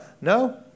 No